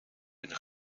een